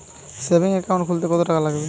Savings account খুলতে কতটাকা লাগবে?